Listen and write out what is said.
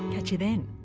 catch you then